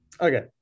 Okay